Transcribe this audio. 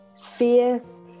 fierce